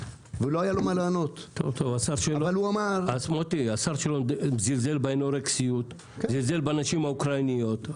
השר שלו זלזל באנורקסיות, זלזל בנשים האוקראיניות.